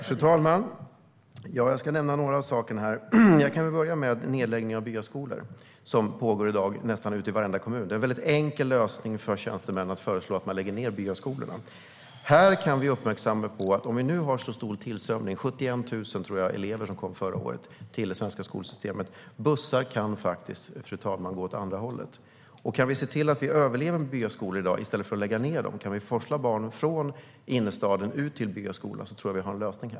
Fru talman! Jag ska nämna några saker, och jag kan väl börja med den nedläggning av byaskolor som pågår i dag i nästan varenda kommun. Det är en väldigt enkel lösning för tjänstemän att föreslå att man lägger ned byaskolorna. Om vi nu har så stor tillströmning till det svenska skolsystemet - jag tror att det var 71 000 elever som kom förra året - kan vi vara uppmärksamma på att bussar faktiskt kan gå åt andra hållet, fru talman. Kan vi se till att byaskolor i dag överlever i stället för att läggas ned, och kan vi forsla barn från innerstaden ut till byaskolorna, tror jag att vi har en lösning.